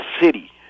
city